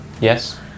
Yes